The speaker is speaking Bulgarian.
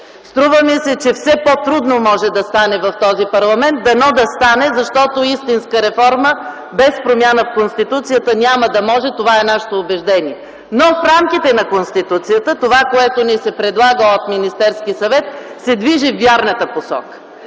Струва ми се, че все по-трудно може да стане в този парламент. Дано да стане, защото истинска реформа без промяна в Конституцията няма да може. Това е нашето убеждение. Но в рамките на Конституцията това, което ни се предлага от Министерския съвет, се движи във вярната посока.